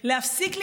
כי יש בה צורך,